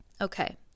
Okay